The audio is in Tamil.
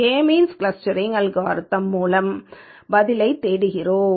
கே மீன்ஸ் க்ளஸ்டரிங் அல்காரிதம் மூலம் பதிலைத் தேடுகிறோம்